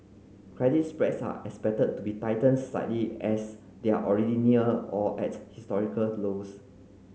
credit spreads are expected to be tightened slightly as they are already near or at historical lows